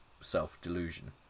self-delusion